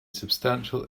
substantial